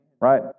right